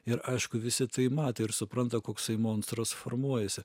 ir aišku visi tai matė ir supranta koksai monstras formuojasi